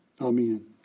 Amen